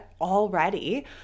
already